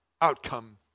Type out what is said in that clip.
outcome